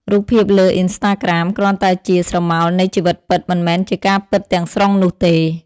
រូបភាពលើ Instagram គ្រាន់តែជា "ស្រមោល" នៃជីវិតពិត មិនមែនជាការពិតទាំងស្រុងនោះទេ។